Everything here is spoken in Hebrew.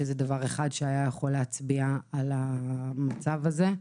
שזה דבר אחד שהיה יכול להצביע על המצב הזה.